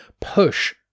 push